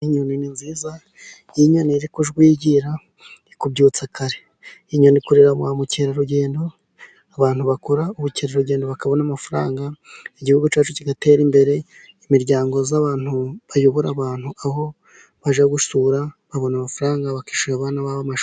Inyoni ni nziza, iyo inyoni iri kujwigira, ikubyutsa kare, inyoni ikurura ba mukerarugendo, abantu bakora ubukerarugendo bakabona amafaranga, igihugu cyacu kigatera imbere, imiryango y'abantu bayobora abantu aho baje gusura, babona amafaranga bakishyurira abana babo amashuri.